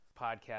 podcast